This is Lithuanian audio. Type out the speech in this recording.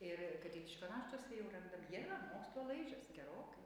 ir kad katiliškio raštuose jau randam dieną mokslo laižęs gerokai